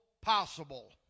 possible